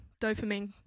dopamine